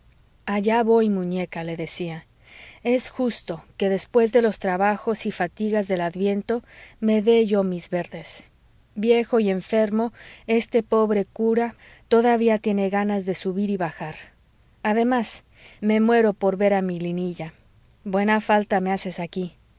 allá voy muñeca le decía es justo que después de los trabajos y fatigas del adviento me dé yo mis verdes viejo y enfermo este pobre cura todavía tiene ganas de subir y bajar además me muero por ver a mi linilla buena falta me haces aquí